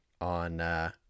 on